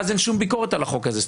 ואז אין שום ביקורת על החוק הזה.